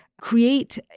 create